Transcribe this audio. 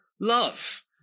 Love